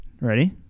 Ready